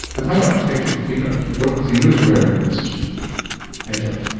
and how do you protect your cleaners, what do cleaners wear in this effort?